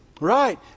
Right